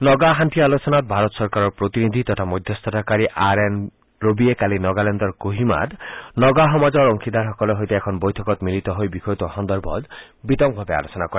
নগা শান্তি আলোচনাত ভাৰত চৰকাৰৰ প্ৰতিনিধি তথা মধ্যস্থতাকাৰী আৰ এন ৰবিয়ে কালি নগালেণ্ডৰ ক'হিমাত নগা সমাজৰ অংশীদাৰসকলৰ সৈতে এখন বৈঠকত মিলিত হৈ বিষয়টোৰ সন্দৰ্ভত বিতংভাৱে আলোচনা কৰে